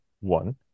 One